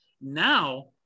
now